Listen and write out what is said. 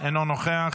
אינו נוכח.